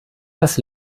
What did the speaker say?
das